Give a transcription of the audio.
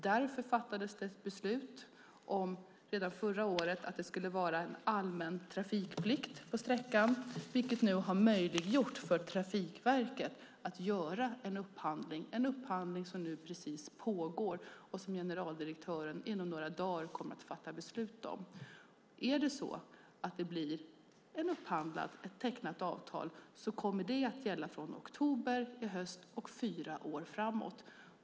Därför fattades det redan förra året ett beslut om att det skulle vara en allmän trafikplikt på sträckan. Detta har möjliggjort för Trafikverket att göra den upphandling som pågår och som generaldirektören inom några dagar kommer att fatta beslut om. Tecknas det ett avtal kommer det att gälla från oktober i år och fyra år framåt.